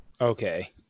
Okay